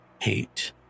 Hate